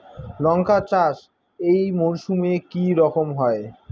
লঙ্কা চাষ এই মরসুমে কি রকম হয়?